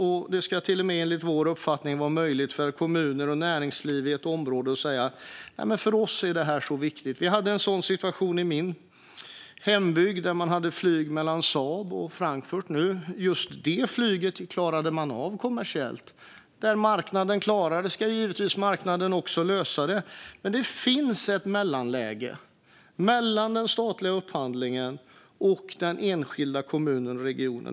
Enligt vår uppfattning ska det till och med vara möjligt för kommuner och näringsliv i ett område att säga att för dem är detta så viktigt. Vi hade en sådan situation i min hembygd, där man hade flyg mellan Saab och Frankfurt. Just det flyget klarade man av kommersiellt. Där marknaden klarar det ska marknaden givetvis också lösa det. Men det finns ett mellanläge mellan den statliga upphandlingen och den enskilda kommunen och regionen.